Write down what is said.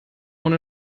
ohne